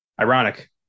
Ironic